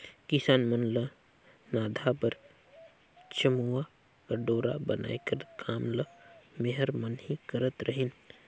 किसान मन ल नाधा बर चमउा कर डोरा बनाए कर काम ल मेहर मन ही करत रहिन